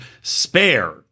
Spare